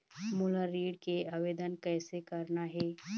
मोला ऋण के आवेदन कैसे करना हे?